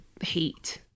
heat